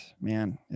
man